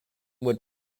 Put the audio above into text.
would